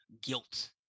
guilt